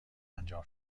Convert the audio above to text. انجام